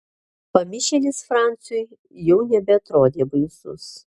pamišėlis franciui jau nebeatrodė baisus